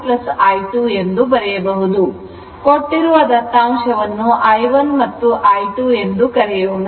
ಕೊಟ್ಟಿರುವ ದತ್ತಾಂಶವನ್ನು i1 ಹಾಗೂ ಎಂದು i2 ಕರೆಯೋಣ